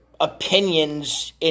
Opinions